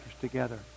together